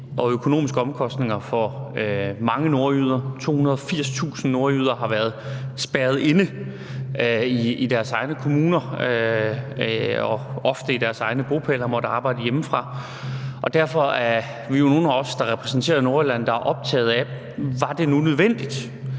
og økonomiske omkostninger for mange nordjyder. 280.000 nordjyder har været spærret inde i deres egne kommuner og ofte på deres egen bopæl og har måttet arbejde hjemmefra. Og derfor er der jo nogle af os, der repræsenterer Nordjylland, der er optaget af: Var det nu nødvendigt